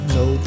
no